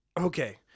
okay